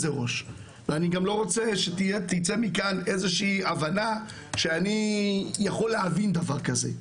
ואני גם לא רוצה שתצא מכאן איזה שהיא הבנה שאני יכול להבין דבר כזה.